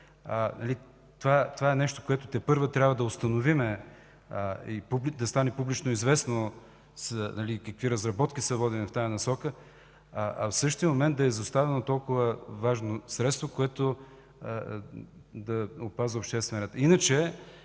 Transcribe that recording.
Това е нещо, което тепърва трябва да установим и да стане публично известно – какви разработки са водени в тази насока, в същия момент да е изоставено толкова важно средство, което да опазва обществения